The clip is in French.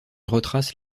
retrace